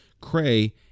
Cray